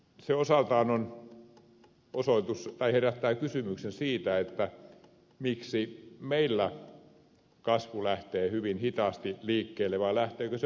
se osaltaan herättää kysymyksen siitä miksi meillä kasvu lähtee hyvin hitaasti liikkeelle vai lähteekö se ollenkaan